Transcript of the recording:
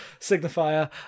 signifier